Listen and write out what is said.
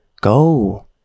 go